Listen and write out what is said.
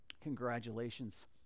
congratulations